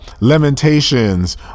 Lamentations